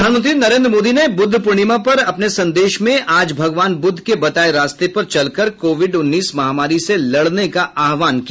प्रधानमंत्री नरेंद्र मोदी ने बुद्ध पूर्णिमा पर अपने संदेश में आज भगवान बुद्ध के बताये रास्ते पर चलकर कोविड उन्नीस महामारी से लडने का आह्वान किया